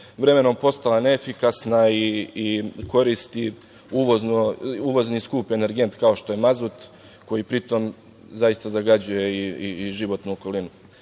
vremenom postala neefikasna i koristi uvozni i skup energent kao što je mazut, koji pri tome zaista zagađuje i životnu okolinu. Zbog